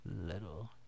little